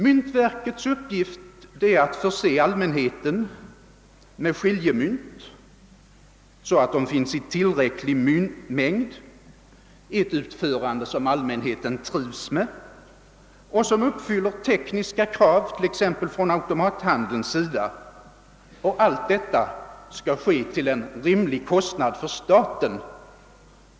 Myntverkets uppgift är att förse allmänheten med 'skiljemynt i till räcklig mängd och i ett utförande som folk trivs med och som uppfyller tekniska krav, t.ex. från automathandeln. Allt detta skall göras till en rimlig kostnad för staten.